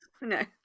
No